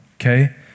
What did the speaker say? okay